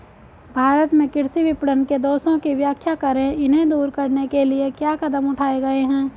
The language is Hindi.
भारत में कृषि विपणन के दोषों की व्याख्या करें इन्हें दूर करने के लिए क्या कदम उठाए गए हैं?